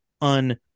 un